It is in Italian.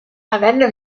avendo